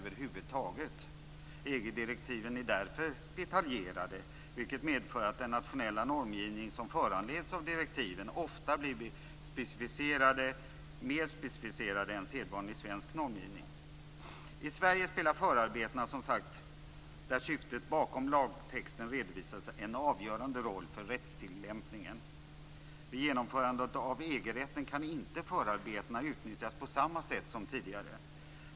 EG direktiven är därför detaljerade, vilket medför att den nationella normgivning som föranleds av direktiven ofta blir mer specificerad än sedvanlig svensk normgivning. I Sverige spelar förarbetena, där syftet bakom lagtexten redovisas, en avgörande roll för rättstillämpningen. Vid genomförandet av EG-rätten kan inte förarbetena utnyttjas på samma sätt som tidigare.